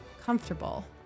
comfortable